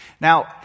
Now